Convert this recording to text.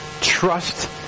Trust